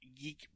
geek